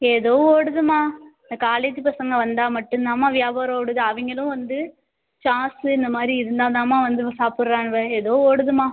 ஏதோ ஓடுதும்மா இந்த காலேஜ் பசங்க வந்தால் மட்டும்தான்மா வியாபாரம் ஓடுது அவங்களும் வந்து சாஸ் இந்தமாதிரி இருந்தாதான்மா வந்து சாப்பிடுறானுவ ஏதோ ஓடுதும்மா